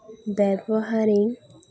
ᱵᱮᱵᱚᱦᱟᱨᱤᱧ